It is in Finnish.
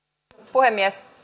puhemies